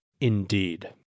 indeed